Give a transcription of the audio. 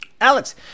alex